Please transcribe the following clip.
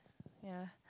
ya